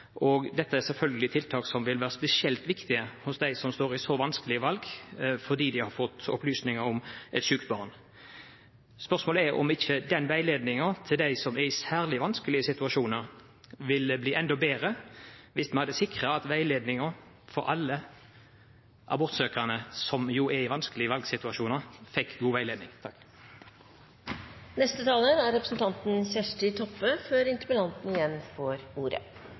Dette er selvfølgelig tiltak som vil være spesielt viktige for dem som står overfor et vanskelig valg fordi de har fått opplysninger om et sykt barn. Spørsmålet er om ikke veiledningen til de abortsøkende som er i særlig vanskelige valgsituasjoner, ville blitt enda bedre dersom vi hadde kvalitetssikret den. Takk til representanten Bollestad for å fremja ein viktig interpellasjon. I interpellasjonsteksten vert det stilt fleire spørsmål. Det eine er